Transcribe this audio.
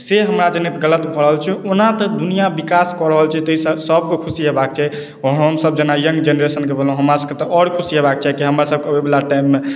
से हमरा जनैत गलत भऽ रहल छै ओना तऽ दुनिआँ विकास कऽ रहल छै ताहिसँ सभके खुशी होयबाक चाही आओर हमसभ जेना यंग जेनरेशनके भेलहुँ हमरासभके तऽ आओर खुशी होयबाक चाही कि हमरसभके अबैवला टाइममे